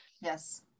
Yes